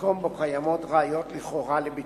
במקום שבו קיימות ראיות לכאורה לביצוען.